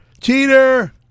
cheater